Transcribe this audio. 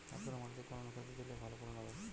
কাঁকুরে মাটিতে কোন অনুখাদ্য দিলে ভালো ফলন হবে?